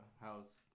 house